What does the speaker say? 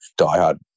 diehard –